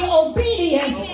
obedient